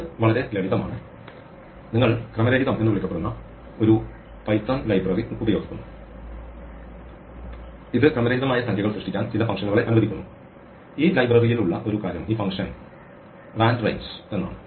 ഇത് വളരെ ലളിതമാണ് നിങ്ങൾ ക്രമരഹിതം എന്ന് വിളിക്കപ്പെടുന്ന ഒരു പൈത്തൺ ലൈബ്രറി ഉപയോഗിക്കുന്നു ഇത് ക്രമരഹിതമായ സംഖ്യകൾ സൃഷ്ടിക്കാൻ ചില ഫങ്ഷനുകളെ അനുവദിക്കുന്നു ഈ ലൈബ്രറിയിൽ ഉള്ള ഒരു കാര്യം ഈ ഫംഗ്ഷൻ റാൻഡറേഞ്ച് എന്നാണ്